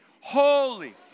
holy